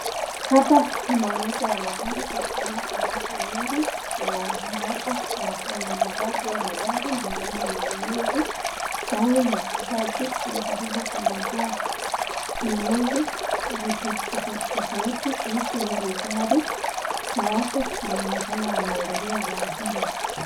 Hapa ni maonyesho ya magari na tunaona kuna watu wawili na mmoja inakaa ni muuzaji wa magari na mwingine ni mnunuzi. Na huyu muuzaji anajaribu kuelezea mnunuzi vitu tofauti tofauti kuhusu hili gari, na wote wanaonekana wameangalia gari hilo.